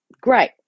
great